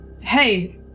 hey